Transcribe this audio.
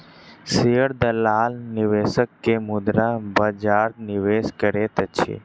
share दलाल निवेशक के मुद्रा बजार निवेश करैत अछि